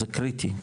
זה קריטי.